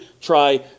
try